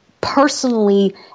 personally